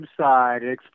website